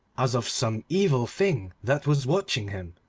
as of some evil thing that was watching him,